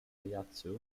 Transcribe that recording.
daihatsu